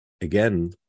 again